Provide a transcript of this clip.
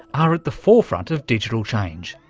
are at the forefront of digital change,